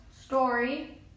story